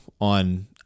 On